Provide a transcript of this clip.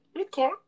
Okay